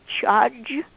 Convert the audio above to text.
charge